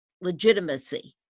legitimacy